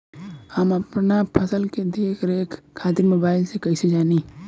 हम अपना फसल के देख रेख खातिर मोबाइल से कइसे जानी?